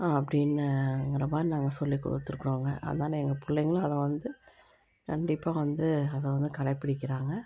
அப்படிங்குற மாதிரி நாங்கள் சொல்லிக் கொடுத்துருக்குறோங்க அதனால எங்கள் பிள்ளைங்களும் அதை வந்து கண்டிப்பாக வந்து அதை வந்து கடைப்பிடிக்கிறாங்க